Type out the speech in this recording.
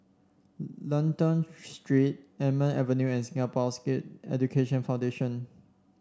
Lentor Street Almond Avenue and Singapore Sikh Education Foundation